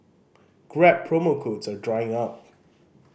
grab promo codes are drying up